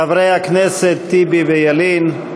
חברי הכנסת טיבי וילין.